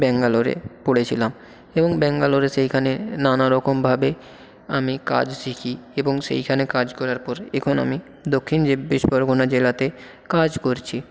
ব্যাঙ্গালোরে পড়েছিলাম এবং ব্যাঙ্গালোরে সেইখানে নানা রকমভাবে আমি কাজ শিখি এবং সেইখানে কাজ করার পরে এখন আমি দক্ষিণ চব্বিশ পরগনা জেলাতে কাজ করছি